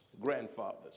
grandfathers